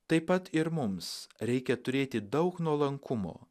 taip pat ir mums reikia turėti daug nuolankumo